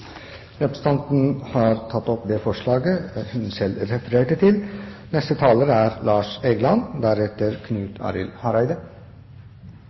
Representanten Janne Sjelmo Nordås har tatt opp det forslaget hun refererte til. Det er